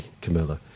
Camilla